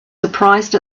surprised